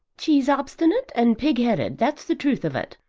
she's obstinate and pigheaded, that's the truth of it.